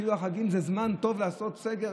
כאילו החגים זה זמן טוב לעשות סגר.